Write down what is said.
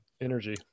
energy